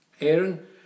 Aaron